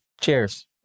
Cheers